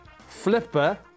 Flipper